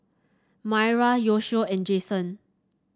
Myra Yoshio and Jasen